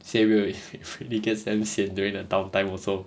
say real it it gets damn sian during the downtime also